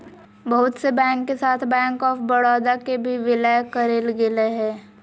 बहुत से बैंक के साथ बैंक आफ बडौदा के भी विलय करेल गेलय हें